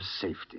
safety